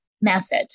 method